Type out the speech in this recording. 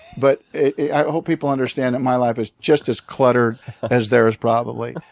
but i hope people understand that my life is just as cluttered as theirs, probably.